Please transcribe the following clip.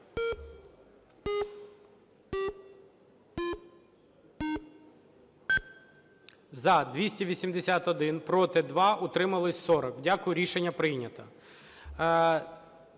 За-281 Проти – 2. Утрималось – 40. Дякую. Рішення прийнято.